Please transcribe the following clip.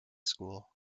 school